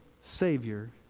Savior